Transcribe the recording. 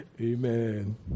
amen